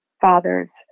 fathers